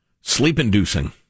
Sleep-inducing